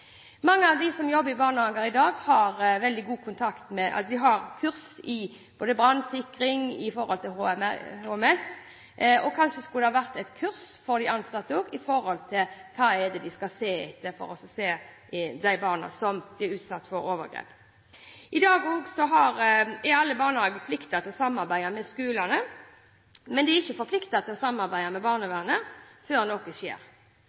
Mange av dem som jobber i barnehage i dag, har kurs bl.a. i brannsikring og HMS. Kanskje skulle det også vært et kurs for de ansatte med tanke på hva de skal se etter for å se de barna som blir utsatt for overgrep. I dag er alle barnehager pliktig til å samarbeide med skolene, men de er ikke forpliktet til å samarbeide med barnevernet før noe skjer.